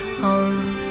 home